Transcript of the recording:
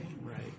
Right